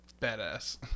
badass